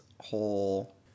whole